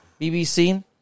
BBC